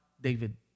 David